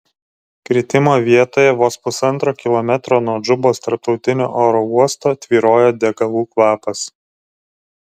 kritimo vietoje vos pusantro kilometro nuo džubos tarptautinio oro uosto tvyrojo degalų kvapas